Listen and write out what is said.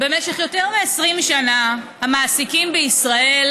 במשך יותר מ-20 שנה המעסיקים בישראל